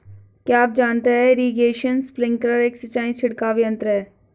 क्या आप जानते है इरीगेशन स्पिंकलर एक सिंचाई छिड़काव यंत्र है?